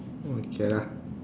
okay lah